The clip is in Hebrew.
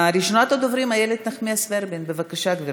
ראשונת הדוברים איילת נחמיאס ורבין, בבקשה, גברתי.